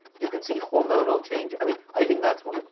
you can see hormonal change. i mean, i think that's what.